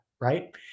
right